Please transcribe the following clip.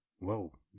whoa